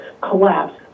collapse